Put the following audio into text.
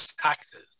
taxes